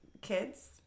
Kids